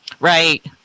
Right